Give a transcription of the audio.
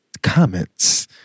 Comments